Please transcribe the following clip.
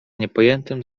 niepojętym